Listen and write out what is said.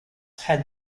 had